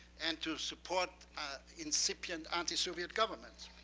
and to support incipient anti-soviet governments.